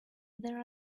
there